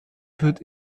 wird